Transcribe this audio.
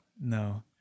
No